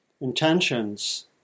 intentions